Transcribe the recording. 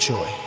Joy